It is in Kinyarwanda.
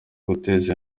guteza